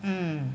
mm